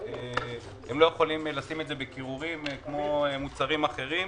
הם לא יכולים לשים את זה בקירורים כמו מוצרים אחרים.